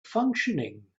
functioning